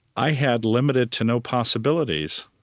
i had limited to no possibilities.